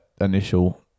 initial